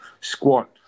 squat